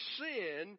sin